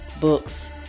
books